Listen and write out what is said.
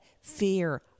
fear